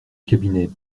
cabinet